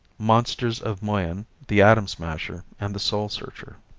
monsters of moyen, the atom smasher and the soul searcher.